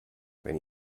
wenn